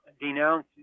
denounce